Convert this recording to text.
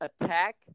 attack